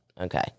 Okay